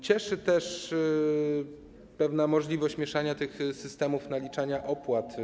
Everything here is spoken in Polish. Cieszy też pewna możliwość mieszania systemów naliczania opłat.